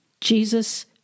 Jesus